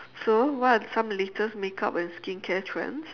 so what are some latest makeup and skincare trends